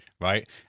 Right